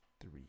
three